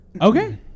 Okay